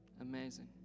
Amazing